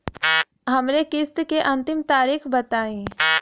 हमरे किस्त क अंतिम तारीख बताईं?